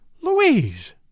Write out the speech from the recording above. Louise